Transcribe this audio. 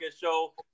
Show